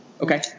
Okay